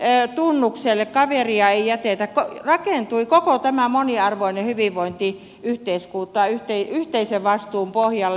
veteraanien tunnukselle kaveria ei jätetä rakentui koko tämä moniarvoinen hyvinvointiyhteiskunta yhteisen vastuun pohjalle